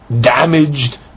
damaged